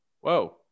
Whoa